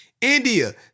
india